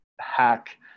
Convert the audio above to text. hack